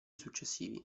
successivi